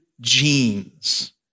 genes